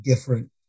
different